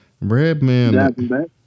Redman